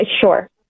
sure